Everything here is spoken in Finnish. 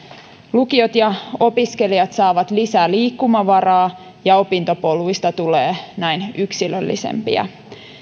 lukiot ja opiskelijat saavat lisää liikkumavaraa ja opintopoluista tulee näin yksilöllisempiä